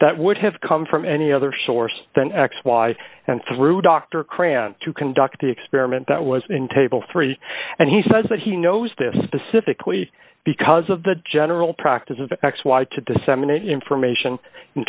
that would have come from any other source than x y and through dr krahn to conduct the experiment that was in table three and he says that he knows this specifically because of the general practice of x wired to disseminate information in